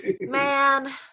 Man